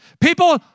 People